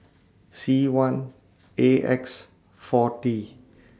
C one A X four T